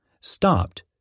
stopped